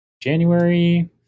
January